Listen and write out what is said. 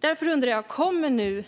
Därför undrar jag: Kommer nu